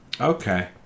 Okay